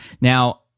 Now